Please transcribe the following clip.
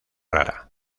rara